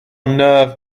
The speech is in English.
nerve